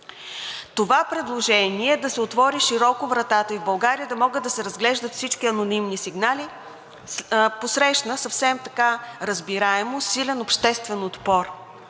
Това предложение да се отвори широко вратата и в България да могат да се разглеждат всички анонимни сигнали, посрещна съвсем разбираемо силен обществен отпор,